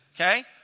Okay